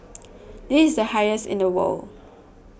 this is the highest in the world